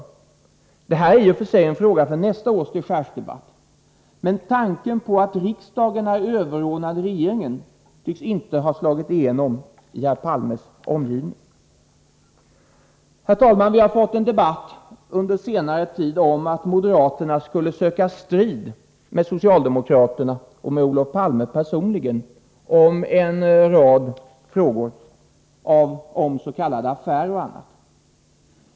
Detta är visserligen en fråga för nästa års dechargedebatt, men tanken att riksdagen är överordnad regeringen tycks inte slagit igenom i herr Palmes omgivning. Herr talman! Vi har under senare tid fått en debatt om att moderaterna skulle söka strid med socialdemokraterna och Olof Palme personligen om en rad s.k. affärer.